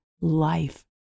life